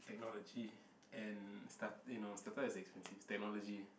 technology and start eh you know start up is expensive technology